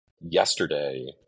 yesterday